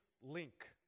link